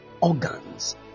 organs